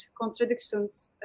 contradictions